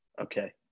Okay